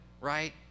right